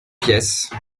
pièce